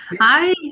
Hi